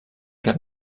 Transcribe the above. què